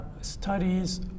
studies